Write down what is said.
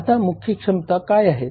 आता मुख्य क्षमता काय आहेत